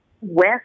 West